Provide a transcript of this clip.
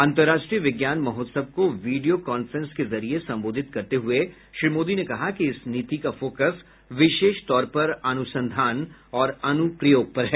अन्तर्राष्ट्रीय विज्ञान महोत्सव को वीडियो कांफ्रेंस के जरिये संबोधित करते हुये श्री मोदी ने कहा कि इस नीति का फोकस विशेष तौर पर अनुसंधान और अनुप्रयोग पर है